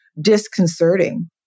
disconcerting